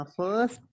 first